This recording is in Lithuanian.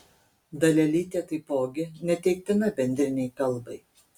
dalelytė taipogi neteiktina bendrinei kalbai